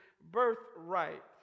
birthright